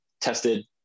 tested